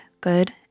good